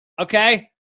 Okay